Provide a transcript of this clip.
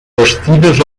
bastides